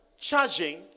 charging